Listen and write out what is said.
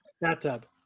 bathtub